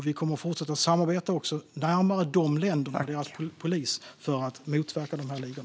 Vi kommer också att fortsätta att samarbeta närmare med de länderna och deras polis för att motverka dessa ligor.